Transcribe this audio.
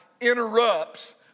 interrupts